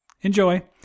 enjoy